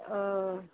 अ